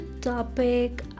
topic